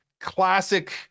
classic